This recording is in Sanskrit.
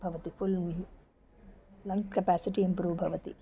भवति पुल् लङ्ग् कपासिटि इम्प्रूव् भवति